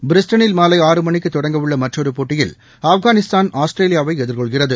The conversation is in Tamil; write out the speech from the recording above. பிரிஸ்டனில் மாலை ஆறு மணிக்குதொடங்க உள்ளமற்றொருபோட்டியில் ஆப்கானிஸ்தான் ஆஸ்திரேலியாவைஎதிர்கொள்கிறது